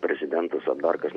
prezidentas ar dar kas nors